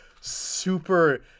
super